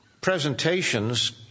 presentations